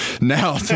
Now